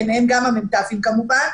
ביניהם גם המ"ת כמובן,